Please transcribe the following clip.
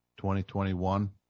2021